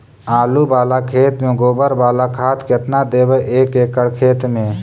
आलु बाला खेत मे गोबर बाला खाद केतना देबै एक एकड़ खेत में?